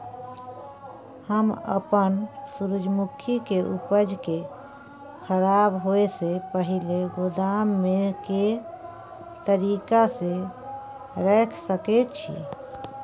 हम अपन सूर्यमुखी के उपज के खराब होयसे पहिले गोदाम में के तरीका से रयख सके छी?